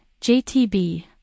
JTB